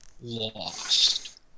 lost